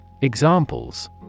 Examples